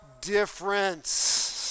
difference